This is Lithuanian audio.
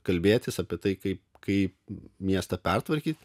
kalbėtis apie tai kaip kaip miestą pertvarkyt